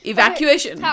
Evacuation